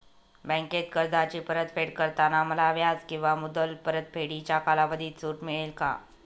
बँकेत कर्जाची परतफेड करताना मला व्याज किंवा मुद्दल परतफेडीच्या कालावधीत सूट मिळेल का?